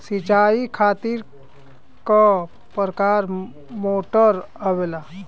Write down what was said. सिचाई खातीर क प्रकार मोटर आवेला?